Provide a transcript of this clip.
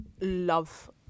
love